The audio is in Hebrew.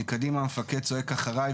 מקדימה המפקד צועק: אחריי,